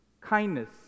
kindness